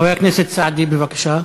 חבר הכנסת סעדי, בבקשה.